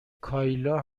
کایلا